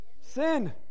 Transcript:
sin